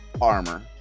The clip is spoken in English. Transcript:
armor